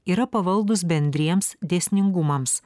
yra pavaldūs bendriems dėsningumams